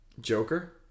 Joker